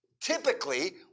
Typically